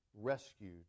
rescued